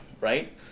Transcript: right